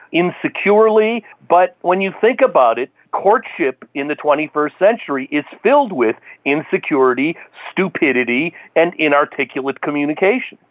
insecurely, but when you think about it, courtship in the twenty first century is filled with insecurity, stupidity and inarticulate communication.